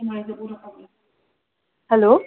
hello